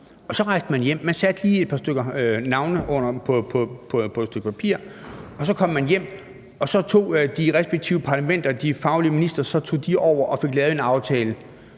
Man satte lige et par navne på et stykke papir, så kom man hjem, og så tog de respektive parlamenter, de faglige ministre, over og fik lavet en aftale